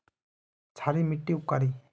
क्षारी मिट्टी उपकारी?